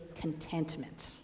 contentment